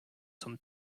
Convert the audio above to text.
zum